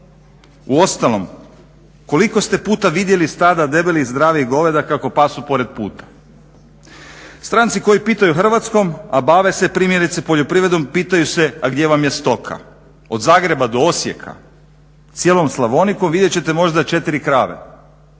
Uostalom koliko ste puta vidjeli stada debelih zdravih goveda kako pasu pored puta? Stranci koju putuju Hrvatskoj, a bave se primjerice poljoprivredom, pitaju se a gdje vam je stoka. Od Zagreba do Osijeka cijelom Slavonikom vidjet ćete možda 4 krave,